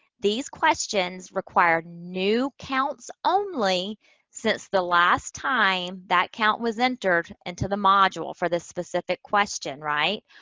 these questions require new counts only since the last time that count was entered into the module for the specific question. right?